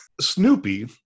Snoopy